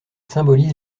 symbolise